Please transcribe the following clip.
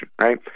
right